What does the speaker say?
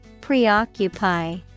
Preoccupy